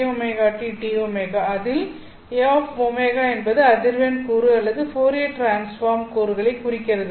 உண்மையில் அதில் என்பது அதிர்வெண் கூறு அல்லது ஃபோரியர் டிரான்ஸ்பார்ம் கூறுகளை குறிக்கிறது